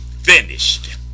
finished